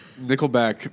Nickelback